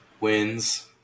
wins